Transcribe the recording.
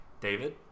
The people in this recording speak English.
David